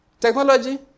Technology